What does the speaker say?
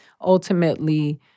ultimately